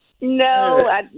No